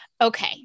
Okay